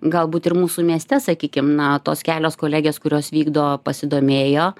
galbūt ir mūsų mieste sakykim na tos kelios kolegės kurios vykdo pasidomėjo